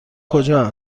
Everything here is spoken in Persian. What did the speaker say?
کجا